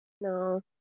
No